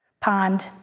pond